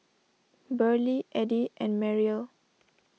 Burley Eddie and Mariel